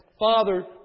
Father